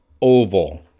oval